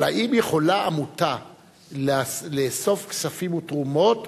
אבל האם יכולה עמותה לאסוף כספים ותרומות